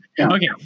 Okay